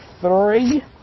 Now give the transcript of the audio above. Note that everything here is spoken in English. three